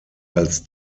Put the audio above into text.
als